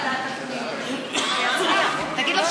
להעביר את הצעת חוק הרשויות המקומיות (מימון בחירות) (תיקון,